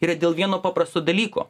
yra dėl vieno paprasto dalyko